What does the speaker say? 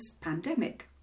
pandemic